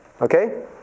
okay